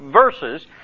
verses